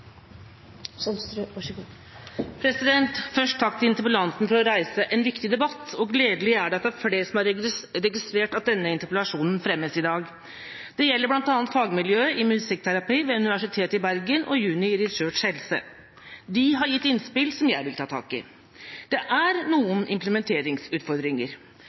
flere som har registrert at denne interpellasjonen fremmes i dag. Det gjelder bl.a. fagmiljøet i musikkterapi ved Universitetet i Bergen og Uni Research Helse. De har gitt innspill som jeg vil ta tak i. Det er noen implementeringsutfordringer.